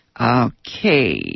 Okay